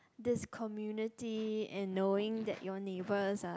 this community and knowing that your neighbours are